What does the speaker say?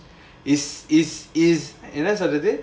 is is is if that's for the day